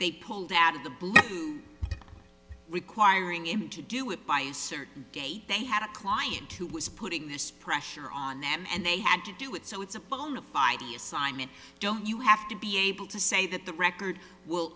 they pulled out of the blue requiring him to do it by certain gate they had a client who was putting this pressure on and they had to do it so it's a bonafide the assignment don't you have to be able to say that the record will